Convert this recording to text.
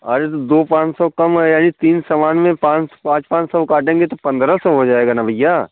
अरे तो दो पाँच सौ कम है अरे तीन समान में पाँच पाँच पाँच सौ काटेंगे तो पंद्रह सौ हो जाएगा न भैया